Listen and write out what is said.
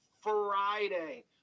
Friday